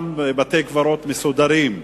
שבהם יש בתי-קברות מסודרים.